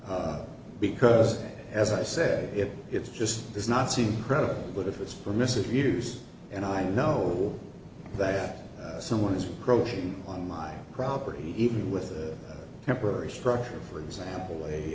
mistake because as i said if it's just does not seem credible but if it's permissive use and i know that someone is approaching on my property even with a temporary structure for example a